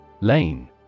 Lane